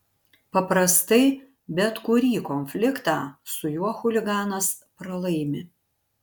paprastai bet kurį konfliktą su juo chuliganas pralaimi